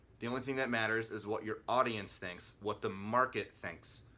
the only thing that matters is what your audience thinks, what the market thinks.